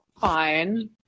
Fine